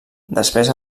després